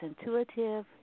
intuitive